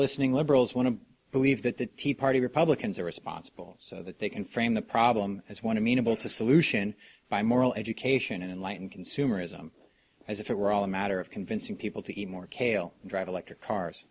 listening liberals want to believe that the tea party republicans are responsible so that they can frame the problem as one to mean a bill to solution by moral education in light and consumerism as if it were all a matter of convincing people to eat more kale and drive electric cars